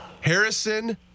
Harrison